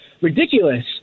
ridiculous